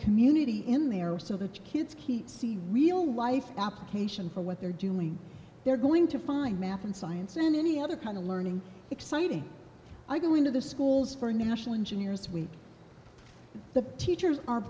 community in there so the kids keep see real life application for what they're doing they're going to find math and science and any other kind of learning exciting i go into the schools for national engineers week the teachers